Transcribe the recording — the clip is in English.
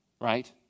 right